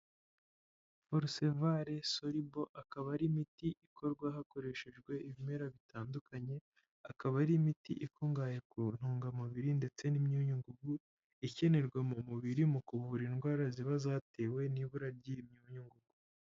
Forusevare soribo akaba ari imiti ikorwa hakoreshejwe ibimera bitandukanye, akaba ari imiti ikungahaye ku ntungamubiri ndetse n'imyunyungugu ikenerwa mu mubiri mu kuvura indwara ziba zatewe n'ibura ry'imyunyugugu.